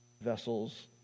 vessels